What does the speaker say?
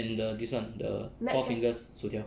and the this [one] the Four Fingers 薯条